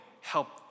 help